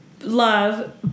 love